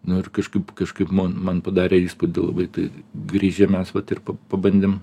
nu ir kažkaip kažkaip man man padarė įspūdį labai tai grįžę mes vat ir pabandėm